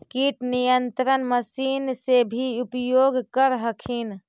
किट नियन्त्रण मशिन से भी उपयोग कर हखिन?